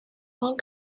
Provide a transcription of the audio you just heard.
one